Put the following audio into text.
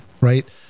Right